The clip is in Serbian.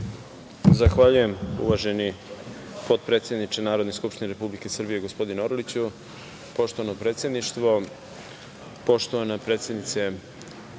Zahvaljujem, uvaženi potpredsedniče Narodne skupštine Republike Srbije gospodine Orliću. Poštovano predsedništvo, poštovana predsednice